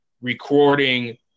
recording